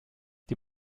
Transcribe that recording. die